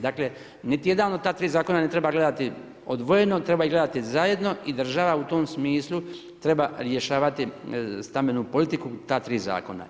Dakle niti jedan od ta tri zakona ne treba gledati odvojeno, treba ih gledati zajedno i država u tom smislu treba rješavati stambenu politiku ta tri zakona.